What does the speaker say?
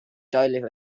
deutlicher